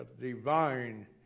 divine